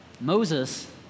Moses